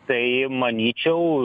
tai manyčiau